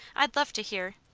i'd love to hear.